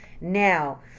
Now